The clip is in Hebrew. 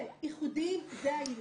שאיחודים זה העניין.